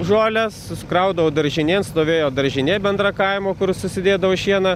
žolę susikraudavo daržinėn stovėjo daržinė bendra kaimo kur susidėdavo šieną